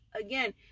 again